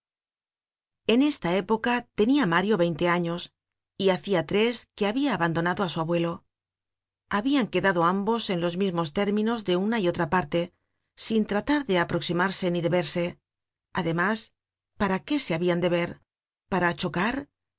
en esta época tenia mario veinte años y hacia tres que habia abandonado á su abuelo habian quedado ambos en los mismos términos de una y otra parte sin tratar de aproximarse ni de verse además para qué se habian de ver para chocar